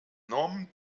enormen